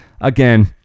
again